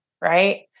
right